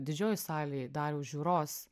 didžiojoj salėj dariaus žiūros